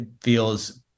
feels